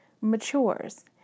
matures